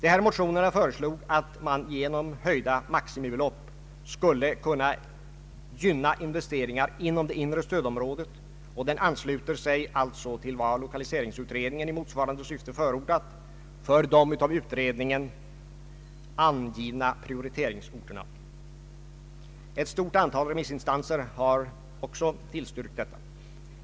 I motionen föreslås att man genom höjda maximibelopp skulle kunna gynna investeringar inom det inre stödområdet, och den ansluter sig alltså till vad lokaliseringsutredningen i motsvarande syfte har förordat för de av utredningen angivna prioriteringsorterna. Ett stort antal remissinstanser har ju också tillstyrkt detta.